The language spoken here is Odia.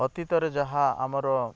ଅତୀତରେ ଯାହା ଆମର